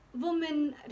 women